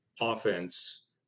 offense